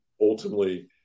ultimately